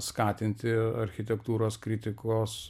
skatinti architektūros kritikos